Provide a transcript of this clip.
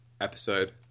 episode